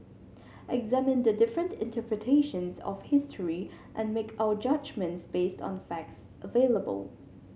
examine the different interpretations of history and make our judgement based on the facts available